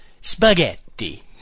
Spaghetti